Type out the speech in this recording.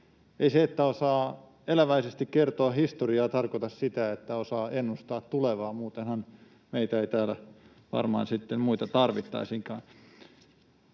ei se, että osaa eläväisesti kertoa historiaa, tarkoita sitä, että osaa ennustaa tulevaa. Muutenhan meitä ei täällä varmaan sitten muita tarvittaisikaan.